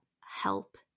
help